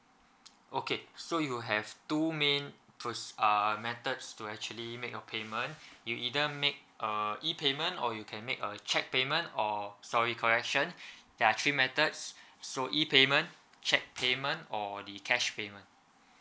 okay so you have two main pros~ uh methods to actually make your payment you either make a e payment or you can make a cheque payment uh sorry correction there are three methods so e payment cheque payment or the cash payment